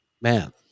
man